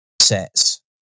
sets